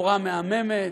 התפאורה מהממת,